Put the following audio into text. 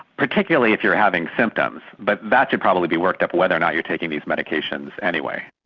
particularly if you are having symptoms, but that should probably be worked up whether or not you are taking these medications anyway.